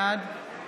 בעד